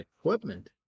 equipment